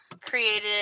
created